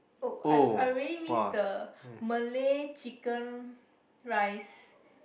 oh I I really miss the Malay chicken rice